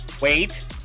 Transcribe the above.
wait